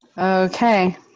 Okay